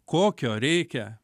kokio reikia